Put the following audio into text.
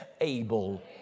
able